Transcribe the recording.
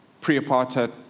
pre-apartheid